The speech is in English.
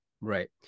Right